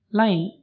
line